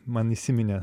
man įsiminė